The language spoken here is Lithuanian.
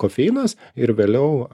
kofeinas ir vėliau